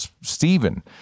Stephen